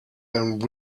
and